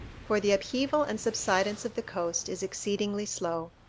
for the upheaval and subsidence of the coast is exceedingly slow.